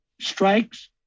strikes